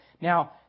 Now